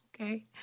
okay